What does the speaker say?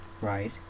Right